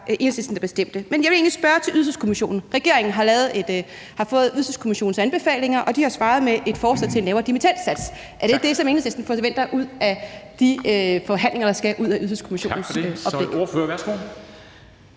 Enhedslisten, der bestemte. Men jeg vil egentlig spørge til Ydelseskommissionen. Regeringen har fået Ydelseskommissionens anbefalinger, og de har svaret med et forslag til en lavere dimittendsats. Er det det, som Enhedslisten forventer af de forhandlinger, der skal komme ud af Ydelseskommissionens oplæg?